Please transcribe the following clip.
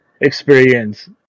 experience